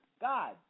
God